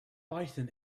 python